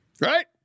Right